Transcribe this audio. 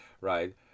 right